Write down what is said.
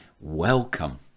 welcome